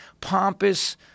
pompous